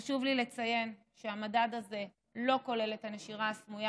חשוב לי לציין שהמדד הזה לא כולל את הנשירה הסמויה